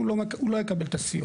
הוא לא יקבל את הסיוע,